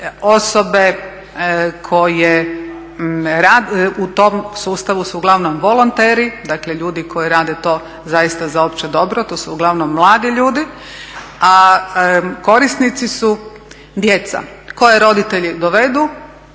osobe koje rade u tom sustavu su uglavnom volonteri, dakle ljudi koji rade to zaista za opće dobro, to su uglavnom mladi ljudi, a korisnici su djeca koje roditelji dovedu